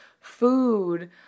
food